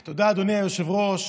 תודה, אדוני היושב-ראש.